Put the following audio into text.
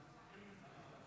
נמנעים.